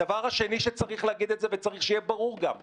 הדבר השני שצריך להגיד ושיהיה ברור, גם: